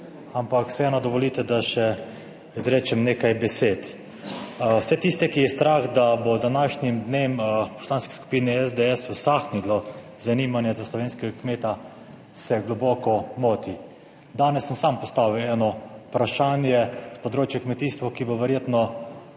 ampak vseeno dovolite, da še izrečem nekaj besed. Vse tiste, ki je strah, da bo z današnjim dnem v Poslanski skupini SDS usahnilo zanimanje za slovenskega kmeta, se globoko moti. Danes sem sam postavil eno vprašanje s področja kmetijstva, ki bo verjetno,